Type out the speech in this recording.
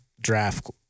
draft